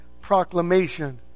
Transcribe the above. proclamation